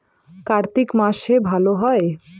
কার্তিক মাসে ভালো হয়?